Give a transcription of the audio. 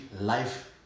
life